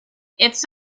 it’s